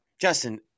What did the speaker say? Justin